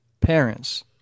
parents